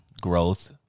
Growth